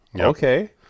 okay